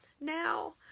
now